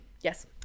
Yes